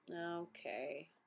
Okay